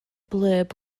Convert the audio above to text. blurb